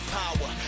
power